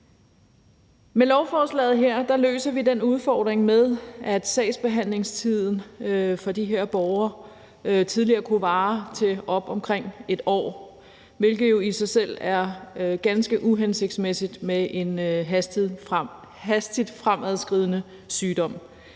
Med lovforslaget her løser vi den udfordring med, at sagsbehandlingstiden for de her borgere tidligere kunne vare op til omkring et år, hvilket jo i sig selv er ganske uhensigtsmæssigt i forhold til en hastigt fremadskridende sygdom.